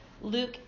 Luke